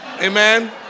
amen